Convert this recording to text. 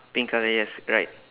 pink colour yes right